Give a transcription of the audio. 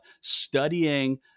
studying